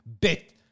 bit